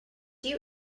you